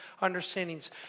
understandings